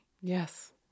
Yes